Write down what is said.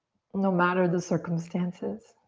no matter the circumstances.